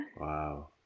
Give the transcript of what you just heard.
wow